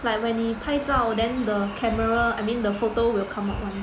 like when 你拍照 then the camera I mean the photo will come up [one]